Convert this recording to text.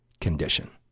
condition